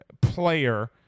player